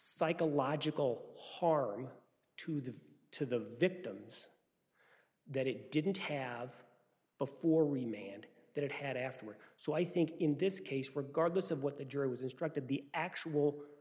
psychological harm to the to the victims that it didn't have before remain and that it had afterward so i think in this case regardless of what the jury was instructed the actual